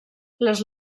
les